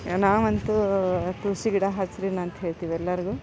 ನಾವಂತೂ ತುಳಸಿ ಗಿಡ ಹಚ್ರಿ ಅಂತ್ಹೇಳ್ತಿವಿ ಎಲ್ಲರಿಗೂ